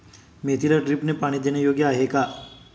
मेथीला ड्रिपने पाणी देणे योग्य आहे का?